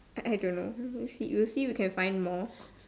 I I don't know you see you see can find more